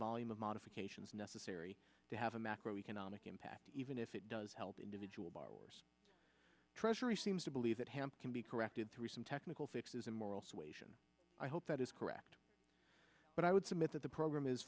volume of modifications necessary to have a macro economic impact even if it does help individual borrowers treasury seems to believe that hemp can be corrected through some technical fixes in moral suasion i hope that is correct but i would submit that the program is